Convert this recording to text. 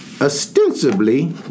Ostensibly